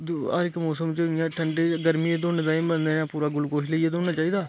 दू हर इक मौसम च इ'यां ठंडै च गर्मियें च दौड़ लगाई बंदे ने पूरा गुलकोश लेइयै दौड़ना चाहिदा